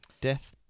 Death